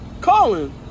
Colin